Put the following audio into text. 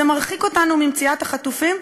זה מרחיק אותנו ממציאת החטופים,